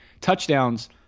Touchdowns